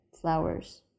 flowers